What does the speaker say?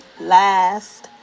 last